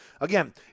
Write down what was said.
Again